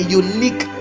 unique